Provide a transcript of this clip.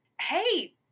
hey